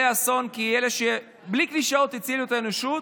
האסון כאלה שבלי קלישאות הצילו את האנושות,